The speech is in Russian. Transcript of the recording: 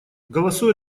голосуя